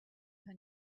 her